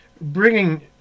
Bringing